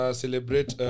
celebrate